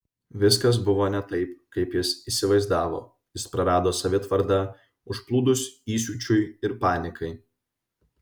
viskas buvo ne taip kaip jis įsivaizdavo jis prarado savitvardą užplūdus įsiūčiui ir panikai